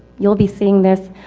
you'll be seeing this,